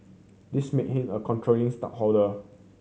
this make him a controlling stoke holder